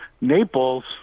Naples